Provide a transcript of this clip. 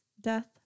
death